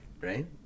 right